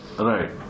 Right